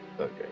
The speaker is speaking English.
okay